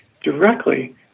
directly